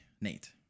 Nate